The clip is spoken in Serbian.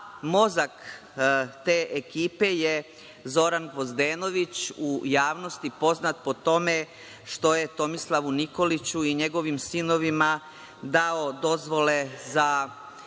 mozak te ekipe je Zoran Gvozdenović, u javnosti poznat po tome što je Tomislavu Nikoliću i njegovim sinovima dao dozvole za